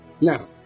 Now